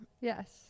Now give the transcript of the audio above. yes